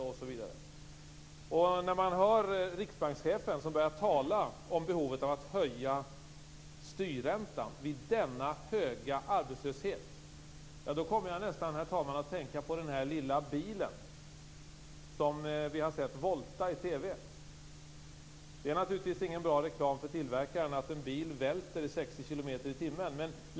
När riksbankschefen vid denna höga arbetslöshet börjar tala om behovet av att höja styrräntan kommer jag, herr talman, att tänka på den lilla bil som vi i TV har sett volta. Det är naturligtvis ingen bra reklam för tillverkaren att en bil välter i 60 km i timmen.